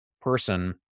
person